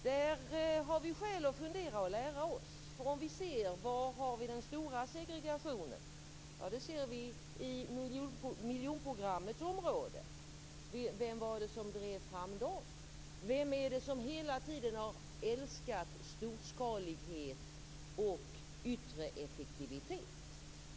Där har vi skäl att fundera och lära oss. Var har vi den stora segregationen? Jo, i Miljonprogrammets områden. Vem var det som drev fram dem? Vem är det som hela tiden har älskat storskalighet och yttre effektivitet?